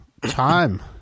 time